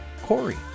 Corey